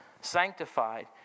sanctified